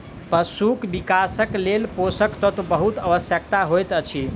पशुक विकासक लेल पोषक तत्व बहुत आवश्यक होइत अछि